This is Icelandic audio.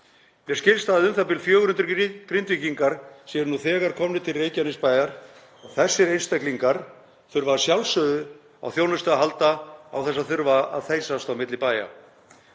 Mér skilst að u.þ.b. 400 Grindvíkingar séu nú þegar komnir til Reykjanesbæjar. Þessir einstaklingar þurfa að sjálfsögðu á þjónustu að halda án þess að þurfa að þeysast á milli bæja.